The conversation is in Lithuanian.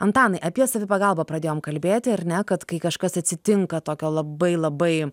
antanai apie savipagalbą pradėjome kalbėti ar ne kai kažkas atsitinka tokio labai labai